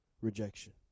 Rejection